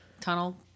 tunnel